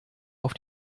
auf